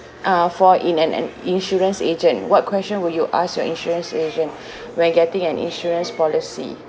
uh for in and an insurance agent what question will you ask your insurance agent when getting an insurance policy